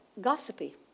gossipy